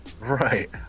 Right